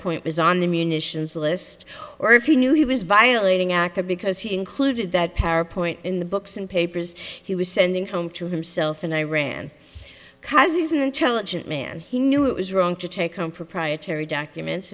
point was on the munitions list or if you knew he was violating aca because he included that para point in the books and papers he was sending home to himself in iran because he's an intelligent man he knew it was wrong to take on proprietary documents